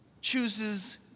chooses